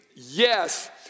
Yes